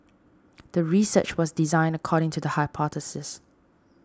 the research was designed according to the hypothesis